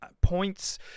points